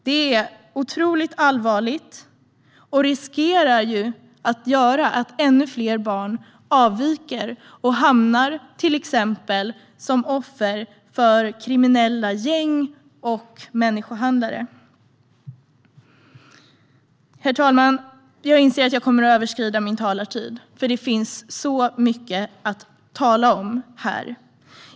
Det är otroligt allvarligt och innebär en risk att ännu fler barn avviker och till exempel blir offer för kriminella gäng och människohandlare. Herr talman! Jag inser att jag kommer att överskrida min anmälda talartid, för det finns så mycket att tala om här.